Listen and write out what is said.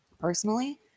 personally